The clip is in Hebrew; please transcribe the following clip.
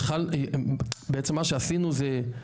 מה שעשינו בעצם זה,